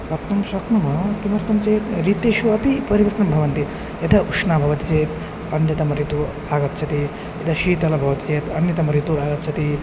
वक्तुं शक्नुमः किमर्थं चेत् ऋतुषु अपि परिवर्तनं भवन्ति यथा उष्णं भवति चेत् अन्यतमः ऋतुः आगच्छति यदा शीतं भवति चेत् अन्यतमः ऋतुः आगच्छति